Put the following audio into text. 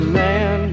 man